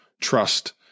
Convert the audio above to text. trust